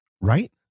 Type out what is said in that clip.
right